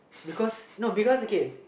because no because okay